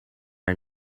are